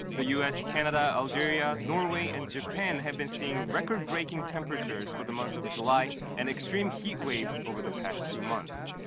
the u s, canada, algeria, norway and japan have been seeing record-breaking temperatures for the month of july and extreme heatwaves over the past two months.